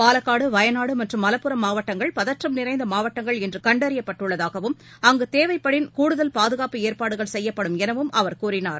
பாலக்காடு வயநாடுமற்றும் மலப்புரம் மாவட்டங்கள் பதற்றம் நிறைந்தமாவட்டங்கள் என்றுகண்டறியப்பட்டுள்ளதாகவும் அங்குதேவைப்படின் கூடுதல் பாதுகாப்பு ஏற்பாடுகள் செய்யப்படும் எனவும் அவர் கூறினார்